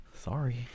Sorry